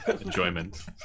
Enjoyment